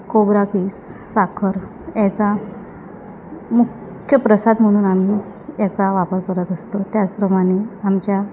खोबरा कीस साखर याचा मुख्य प्रसाद म्हणून आम्ही याचा वापर करत असतो त्याचप्रमाणे आमच्या